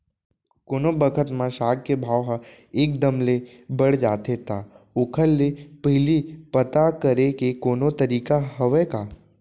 कोनो बखत म साग के भाव ह एक दम ले बढ़ जाथे त ओखर ले पहिली पता करे के कोनो तरीका हवय का?